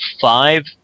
Five